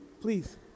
please